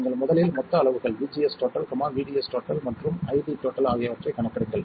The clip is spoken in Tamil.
நீங்கள் முதலில் மொத்த அளவுகள் VGS VDS மற்றும் ID ஆகியவற்றைக் கணக்கிடுங்கள்